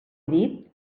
dit